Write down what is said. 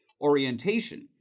orientation